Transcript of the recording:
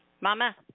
Mama